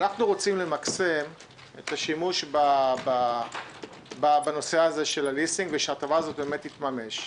אנחנו רוצים למקסם את השימוש ברכב כזה בליסינג ושההטבה הזאת באמת תתממש.